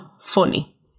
funny